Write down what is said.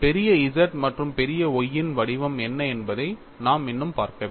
பெரிய Z மற்றும் பெரிய Y இன் வடிவம் என்ன என்பதை நாம் இன்னும் பார்க்கவில்லை